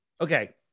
Okay